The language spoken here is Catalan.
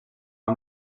amb